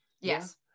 Yes